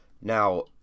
Now